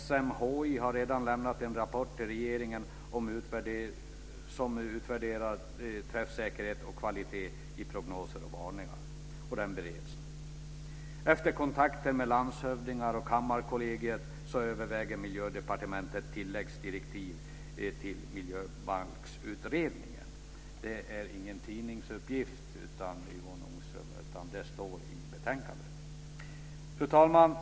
SMHI har redan lämnat en rapport till regeringen som utvärderar träffsäkerhet och kvalitet i prognoser och varningar. Den bereds nu. Efter kontakter med landshövdingar och Kammarkollegiet överväger Miljödepartementet tilläggsdirektiv till Miljöbalksutredningen. Det är ingen tidningsuppgift, Yvonne Ångström, utan det står i betänkandet. Fru talman!